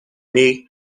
may